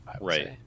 Right